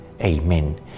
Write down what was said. Amen